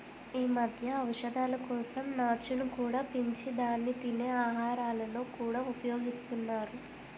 ఈ మధ్య ఔషధాల కోసం నాచును కూడా పెంచి దాన్ని తినే ఆహారాలలో కూడా ఉపయోగిస్తున్నారు